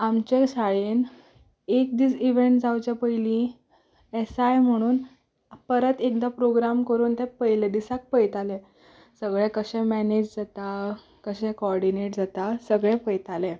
आमच्या शाळेंत एक दीस इवेंट जावच्या पयलीं येसाय म्हणून परत एकदा प्रोग्राम करून ते पयल्या दिसाक पळयताले सगलें कशें मॅनेज जाता कशें कॉर्डिनेट जाता सगलें पळयताले